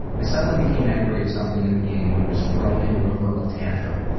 i suddenly became angry at something in the game and was thrown into a verbal tantrum.